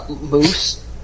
Moose